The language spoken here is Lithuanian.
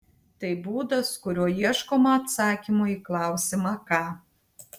tai būdas kuriuo ieškoma atsakymo į klausimą ką